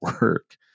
work